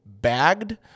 bagged